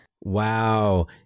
Wow